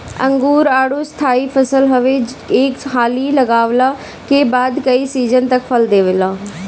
अंगूर, आडू स्थाई फसल हवे एक हाली लगवला के बाद कई सीजन तक फल देला